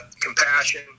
compassion